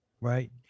right